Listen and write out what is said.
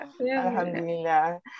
Alhamdulillah